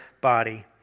body